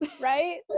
right